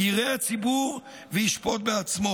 יראה הציבור וישפוט בעצמו.